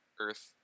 Earth